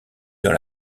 dans